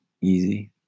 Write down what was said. easy